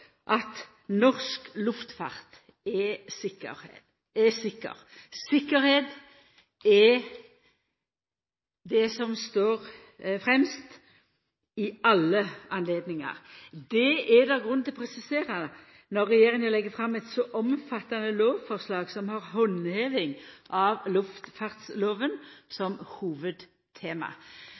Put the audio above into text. at norsk luftfart er trygg. Tryggleiken er det som står fremst i alle anledningar. Det er grunn til å presisera at når regjeringa legg fram eit så omfattande lovforslag, er handheving av luftfartslova hovudtema.